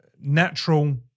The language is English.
natural